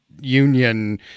union